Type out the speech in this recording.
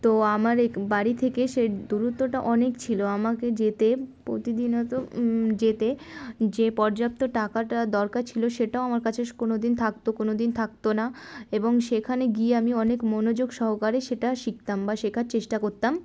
তো আমার এই বাড়ি থেকে সে দূরত্বটা অনেক ছিল আমাকে যেতে প্রতিদিন যেতে যে পর্যাপ্ত টাকাটা দরকার ছিল সেটাও আমার কাছে কোনো দিন থাকত কোনো দিন থাকত না এবং সেখানে গিয়ে আমি অনেক মনোযোগ সহকারে সেটা শিখতাম বা শেখার চেষ্টা করতাম